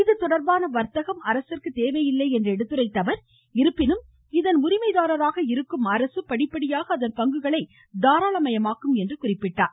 இது தொடர்பான வர்த்தகம் அரசிற்கு தேவையில்லை என்று சுட்டிக்காட்டிய அவர் இருப்பினும் இதன் உரிமைதாரராக இருக்கும் அரசு படிப்படியாக அதன் பங்குகளை தாராளமயமாக்கும் என்றார்